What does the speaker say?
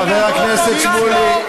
חבר הכנסת שמולי,